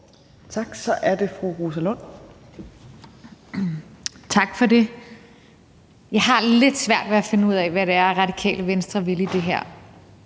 Rosa Lund (EL): Tak for det. Jeg har lidt svært ved at finde ud af, hvad det er, Radikale Venstre vil i det her;